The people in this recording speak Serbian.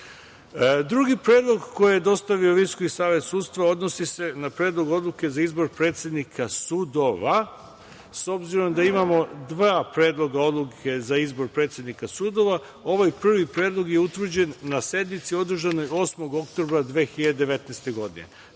VSS.Drugi predlog koji je dostavio Visoki savet sudstva odnosi se na Predlog odluke za izbor predsednika sudova. Obzirom da imamo dva predloga odluke za izbor predsednika sudova, ovaj prvi predlog je utvrđen na sednici održanoj 8. oktobra 2019. godine. Znači,